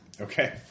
Okay